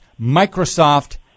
Microsoft